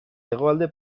hegoalde